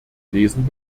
lesen